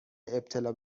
ابتلا